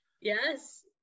yes